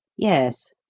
yes.